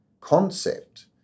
concept